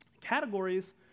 Categories